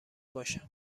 باشم